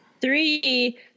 Three